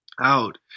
out